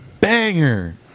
banger